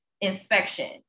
inspection